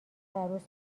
عروس